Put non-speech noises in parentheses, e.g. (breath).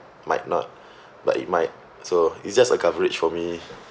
might not (breath) but it might so it's just a coverage for me